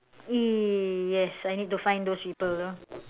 eh yes I need to find those people though